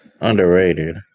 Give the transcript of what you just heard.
Underrated